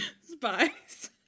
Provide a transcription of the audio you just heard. Spies